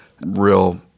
real